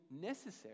necessary